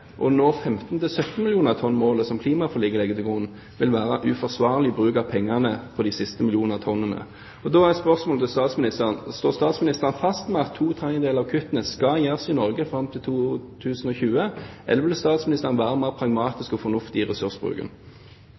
nå 15–17 millioner tonn-målet som klimaforliket legger opp til, vil være uforsvarlig bruk av pengene på de siste millioner tonnene. Da er spørsmålet til statsministeren: Står statsministeren fast ved at to tredjedeler av kuttene skal gjøres i Norge fram til 2020, eller vil statsministeren være mer pragmatisk og fornuftig i ressursbruken?